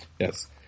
Yes